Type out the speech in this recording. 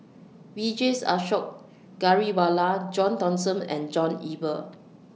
Vijesh Ashok Ghariwala John Thomson and John Eber